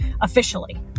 officially